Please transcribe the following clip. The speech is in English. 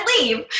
leave